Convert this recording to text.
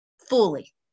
fully